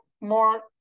more